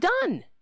done